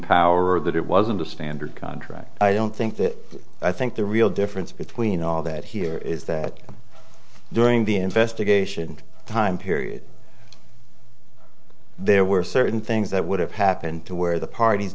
power that it wasn't a standard contract i don't think that i think the real difference between all that here is that during the investigation time period there were certain things that would have happened to where the parties